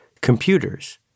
computers